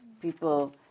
people